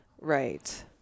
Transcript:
Right